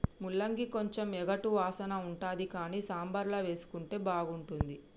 ముల్లంగి కొంచెం ఎగటు వాసన ఉంటది కానీ సాంబార్ల వేసుకుంటే బాగుంటుంది